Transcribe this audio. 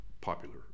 popular